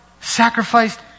sacrificed